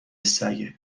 سگه